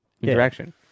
interaction